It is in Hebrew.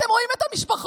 אתם רואים את המשפחות